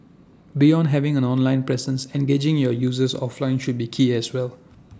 beyond having an online presence engaging your users offline should be key as well